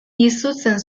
izutzen